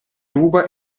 ruba